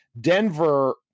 Denver –